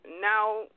Now